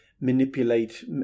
manipulate